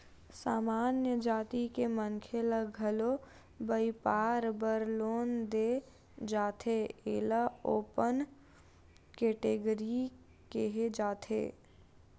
सामान्य जाति के मनखे ल घलो बइपार बर लोन दे जाथे एला ओपन केटेगरी केहे जाथे